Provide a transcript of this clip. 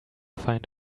find